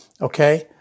Okay